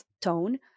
tone